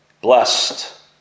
blessed